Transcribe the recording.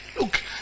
Look